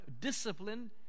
discipline